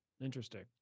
Interesting